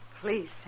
Please